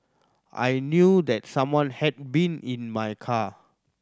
I knew that someone had been in my car